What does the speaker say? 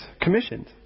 commissioned